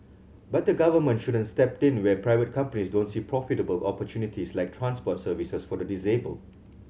but the Government shouldn't step in where private companies don't see profitable opportunities like transport services for the disabled